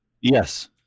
Yes